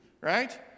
right